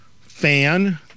fan